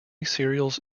cereals